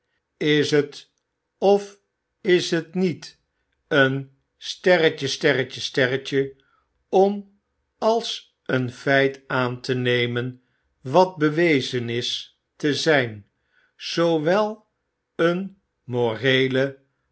is het of is het niet een om als een feit aan te nemen wat bewezen is te zijn z o owel een moreele